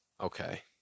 Okay